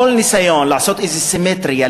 כל ניסיון לעשות איזו סימטריה,